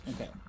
okay